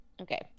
Okay